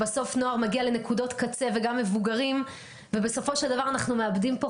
בסוף נוער וגם מבוגרים מגיעים לנקודות קצה,